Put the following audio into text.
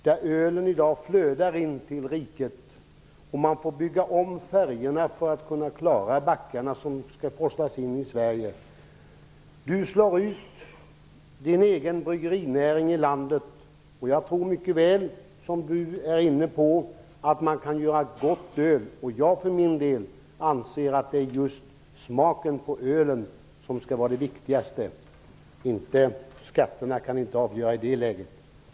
Där flödar ölet i dag in till riket. Man får bygga om färjorna för att klara av de ölbackar som skall forslas in i Sverige. Karin Pilsäter slår ut sin egen bryggerinäring i landet. Jag tror mycket väl, som hon är inne på, att man kan göra gott öl. Jag för min del anser att det just är smaken på ölet som är det viktigaste. Skatterna är inte avgörande i det fallet.